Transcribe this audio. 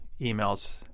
emails